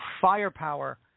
firepower